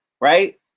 right